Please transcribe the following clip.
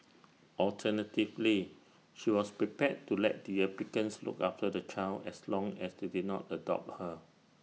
alternatively she was prepared to let the applicants look after the child as long as they did not adopt her